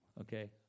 Okay